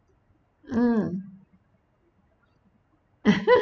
mm